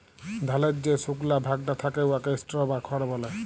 ধালের যে সুকলা ভাগটা থ্যাকে উয়াকে স্ট্র বা খড় ব্যলে